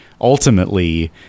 Ultimately